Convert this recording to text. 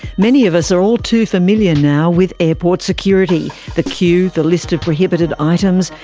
many of us are all too familiar now with airport security the queue, the list of prohibited items,